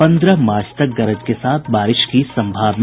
पन्द्रह मार्च तक गरज के साथ बारिश की संभावना